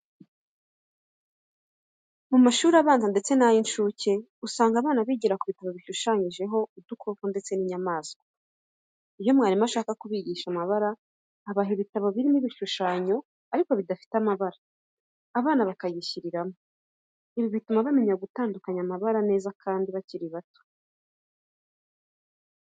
Mu mashuri abanza ndetse nay'incuke, usanga abana bigira kubitabo bishushanyijemo udukoko ndetse n'inyamaswa. Iyo mwarimu ashaka kubigisha amabara, abaha ibitabo birimo ibishushanyo ariko bidafite amabara, abana bo bakayishyiriramo, ibi bituma bamenya gutandukanya amabara kandi neza bakiri bato.